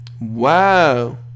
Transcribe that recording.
Wow